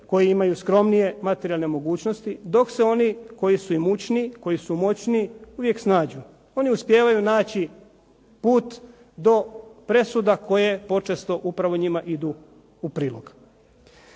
koji imaju skromnije materijalne mogućnosti, dok se oni koji su imućniji, koji su moćniji uvijek snađu. Oni uspijevaju naći put do presuda koje počesto upravo njima idu u prilog.